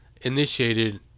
initiated